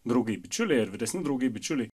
draugai bičiuliai ar vyresni draugai bičiuliai